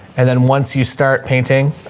and then once you start painting,